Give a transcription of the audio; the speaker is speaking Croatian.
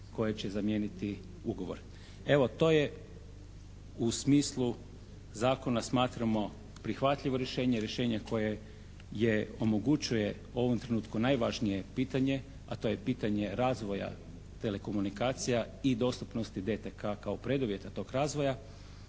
koje će zamijeniti ugovor. Evo, to je u smislu zakona smatramo prihvatljivo rješenje, rješenje koje je omogućuje u ovom trenutku najvažnije pitanje, a to je pitanje razvoja telekomunikacija i dostupnosti DTK kao preduvjeta tog razvoja,